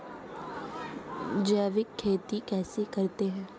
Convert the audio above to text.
जैविक खेती कैसे करते हैं?